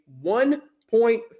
one-point